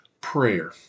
prayer